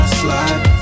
slide